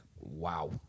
wow